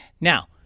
Now